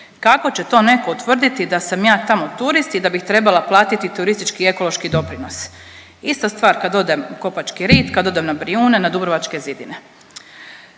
kako će to netko utvrditi da sam ja tamo turist i da bih trebala platiti turistički i ekološki doprinos? Ista stvar kad odem u Kopački rit, kad odem na Brijune, na dubrovačke zidine.